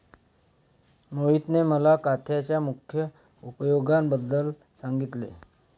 मोहितने मला काथ्याच्या मुख्य उपयोगांबद्दल सांगितले